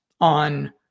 on